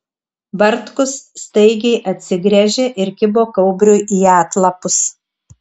bartkus staigiai atsigręžė ir kibo kaubriui į atlapus